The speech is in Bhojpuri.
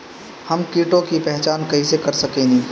हम कीटों की पहचान कईसे कर सकेनी?